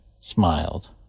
smiled